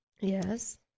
Yes